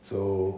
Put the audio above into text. so